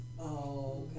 Okay